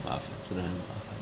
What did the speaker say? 麻烦真的很麻烦